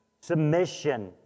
Submission